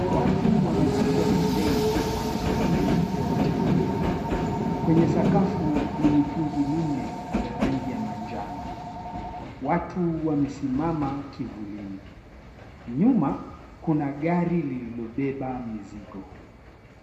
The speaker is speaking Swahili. Watu wamepiga foleni wanasubiri kupewa chakula, kwenye sakafu ni mitungi minne ya rangi ya manjano. Watu wamesimama kivulini. Nyuma kuna gari lililobeba mizigo.